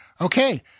Okay